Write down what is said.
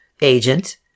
agent